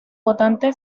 votante